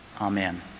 Amen